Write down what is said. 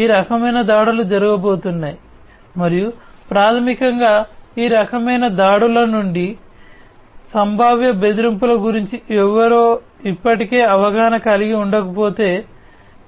ఈ రకమైన దాడులు జరగబోతున్నాయి మరియు ప్రాథమికంగా ఈ రకమైన దాడుల నుండి సంభావ్య బెదిరింపుల గురించి ఎవరో ఇప్పటికే అవగాహన కలిగి ఉండకపోతే